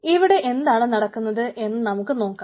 ഇവിടെ എന്താണ് നടക്കുന്നത് എന്ന് നമുക്ക് നോക്കാം